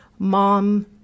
Mom